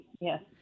yes